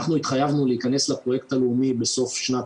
אנחנו התחייבנו להיכנס לפרויקט הלאומי בסוף שנת